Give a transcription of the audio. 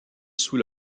sous